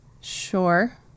Sure